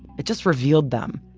it just revealed them.